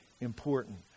important